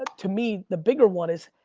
ah to me, the bigger one is,